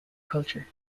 culture